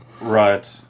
right